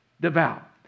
devout